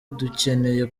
ducyeneye